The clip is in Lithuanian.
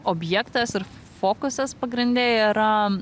objektas ir fokusas pagrinde yra